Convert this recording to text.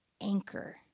anchor